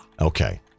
Okay